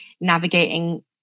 navigating